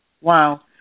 Wow